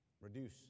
reduce